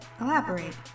Elaborate